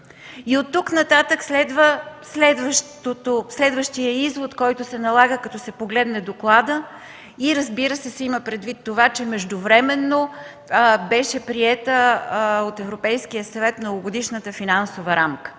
Оттук нататък следва следващият извод, който се налага, когато се погледне докладът. Да се има предвид, че междувременно беше приета от Европейския съвет Многогодишната финансова рамка,